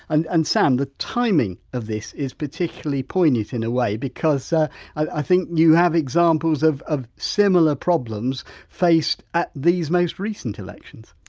and and sam, the timing of this is particular poignant in a way because ah i think you have examples of of similar problems faced at these most recent elections.